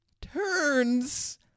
turns